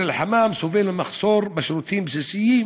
ביר-אל-חמאם סובל ממחסור בשירותים בסיסיים